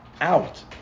out